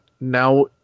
now